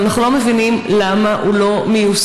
אבל אנחנו לא מבינים למה הוא לא מיושם.